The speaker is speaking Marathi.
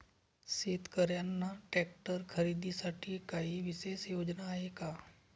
शेतकऱ्यांना ट्रॅक्टर खरीदीसाठी काही विशेष योजना आहे का?